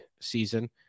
season